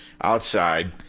outside